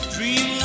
Dream